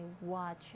watch